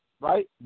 right